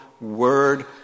word